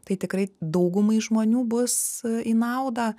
tai tikrai daugumai žmonių bus į naudą